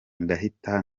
ndahita